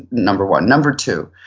number one. number two,